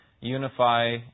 unify